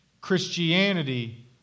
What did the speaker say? Christianity